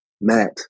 matt